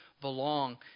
belong